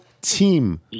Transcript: team